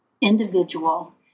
individual